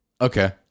Okay